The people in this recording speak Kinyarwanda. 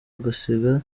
agasiga